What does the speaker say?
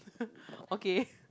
okay